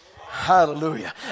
hallelujah